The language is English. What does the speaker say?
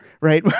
right